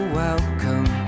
welcome